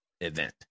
event